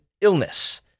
illness